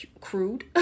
crude